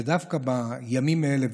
ודווקא בימים אלה.